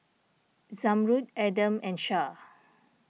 Zamrud Adam and Shah